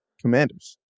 Commanders